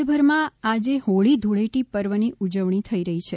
રાજયભરમાં આજે હોળી ધૂળેટી પર્વની ઉજવણી થઈ રહી છે